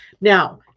Now